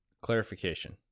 Clarification